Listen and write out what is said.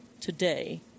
today